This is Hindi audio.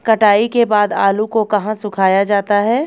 कटाई के बाद आलू को कहाँ सुखाया जाता है?